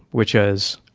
which is